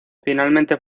finalmente